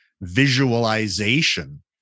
visualization